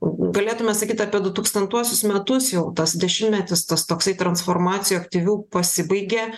galėtume sakyt apie du tūkstantuosius metus tas dešimtmetis tas toksai transformacijų aktyvių pasibaigė